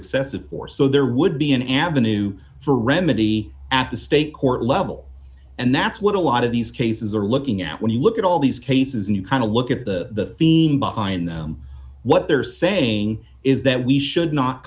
excessive force so there would be an avenue for remedy at the state court level and that's what a lot of these cases are looking at when you look at all these cases and you kind of look at the theme behind them what they're saying is that we should not